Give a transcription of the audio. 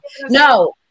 No